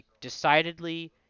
decidedly